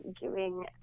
giving